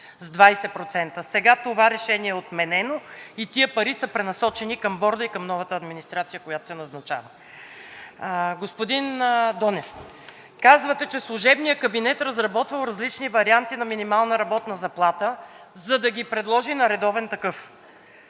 Сега това решение е отменено и тези пари са пренасочени към Борда и към новата администрация, която се назначава. Господин Донев, казвате, че служебният кабинет разработвал различни варианти на минимална работна заплата, за да ги предложи на редовен такъв.